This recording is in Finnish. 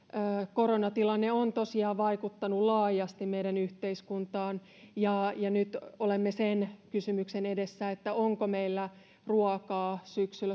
koronatilanne on tosiaan vaikuttanut laajasti meidän yhteiskuntaamme ja nyt olemme sen kysymyksen edessä onko meillä syksyllä ruokaa